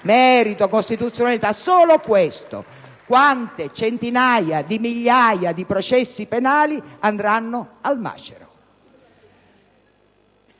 merito, costituzionalità. Solo questo: quante centinaia di migliaia di processi penali andranno al macero.